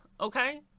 okay